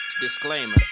disclaimer